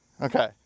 Okay